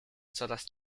coraz